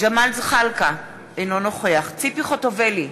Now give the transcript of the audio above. ג'מאל זחאלקה, אינו נוכח ציפי חוטובלי,